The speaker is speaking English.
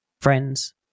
friends